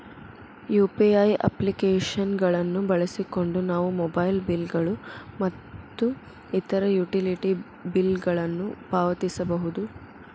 UPI application ಗಳನ್ನು ಬಳಸಿಕೊಂಡು ನಾವು ಮೊಬೈಲ್ ಬಿಲ್ ಗಳು ಮತ್ತು ಇತರ ಯುಟಿಲಿಟಿ ಬಿಲ್ ಗಳನ್ನು ಪಾವತಿಸಬಹುದು